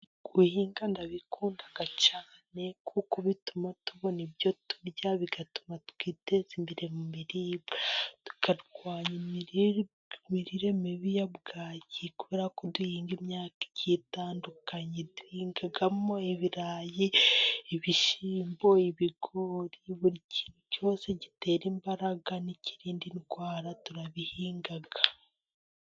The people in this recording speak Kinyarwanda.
Guhinga ndabikunda cyane kuko bituma tubona ibyo turya, bigatuma twiteza imbere mu biribwa, tukarwanya imirire mibi ya bwaki, kubera ko duhinga imyaka itandukanye duhingagamo: ibirayi, ibishyimbo, ibigori, buri kintu cyose gitera imbaraga n'ikirinda indwara turabihinga.